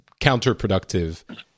counterproductive